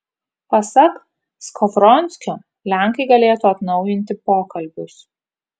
pasak skovronskio lenkai galėtų atnaujinti pokalbius